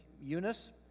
Eunice